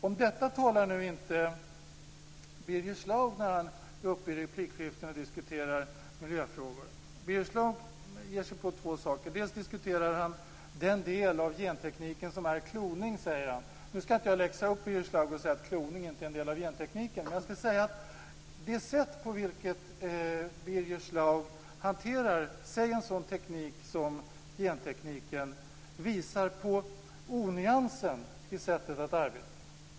Om detta talar nu inte Birger Schlaug när han är uppe i replikskiften och diskuterar miljöfrågor. Birger Schlaug ger sig på två saker. Han diskuterar den del av gentekniken som är kloning, säger han. Nu skall jag inte läxa upp Birger Schlaug och säga att kloning inte är en del av gentekniken. Men jag skall säga att det sätt på vilket Birger Schlaug hanterar en sådan teknik som gentekniken visar på onyansen i sättet att arbeta.